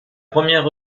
première